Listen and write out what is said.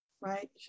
right